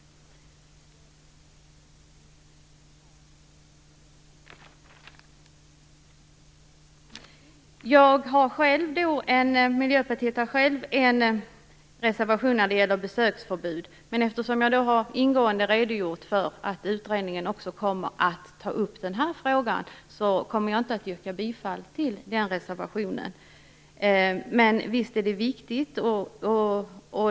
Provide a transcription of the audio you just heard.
Miljöpartiet har skrivit en motion om besöksförbud. Men eftersom jag ingående har redogjort för att utredningen kommer att ta upp också denna fråga kommer jag inte att yrka bifall till denna reservation. Men visst är den viktig.